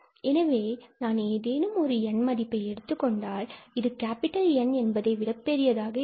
எனவே நான் ஏதேனும் ஒரு n மதிப்பை எடுத்துக் கொண்டால் இது N என்பதை விட பெரியதாக இருக்கும்